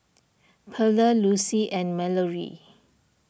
Perla Lucie and Mallorie